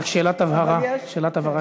רק שאלת הבהרה שלי.